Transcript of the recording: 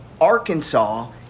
Arkansas